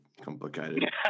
complicated